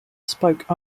spoke